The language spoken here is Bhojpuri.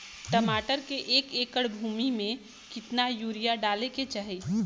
टमाटर के एक एकड़ भूमि मे कितना यूरिया डाले के चाही?